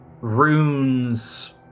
runes